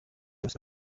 bose